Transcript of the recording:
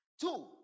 Two